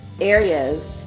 areas